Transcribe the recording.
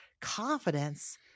confidence